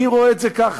אני רואה את זה ככה,